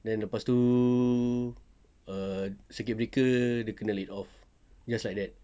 then lepas tu err circuit breaker dia kena laid off just like that